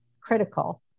critical